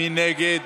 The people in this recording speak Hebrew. מי נגד?